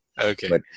Okay